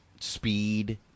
speed